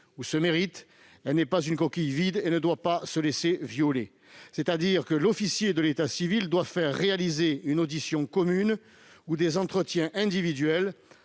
ou se mérite ; elle n'est pas une coquille vide et ne doit pas se laisser violer. L'officier de l'état civil doit donc faire réaliser une audition commune ou des entretiens individuels